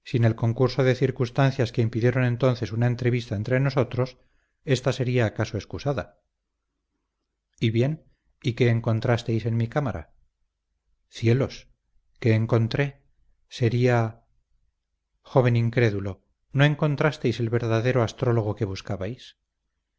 el concurso de circunstancias que impidieron entonces una entrevista entre nosotros ésta sería acaso excusada y bien y qué encontrasteis en mi cámara cielos qué encontré sería joven incrédulo no encontrasteis el verdadero astrólogo que buscabais